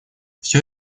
всё